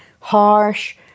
harsh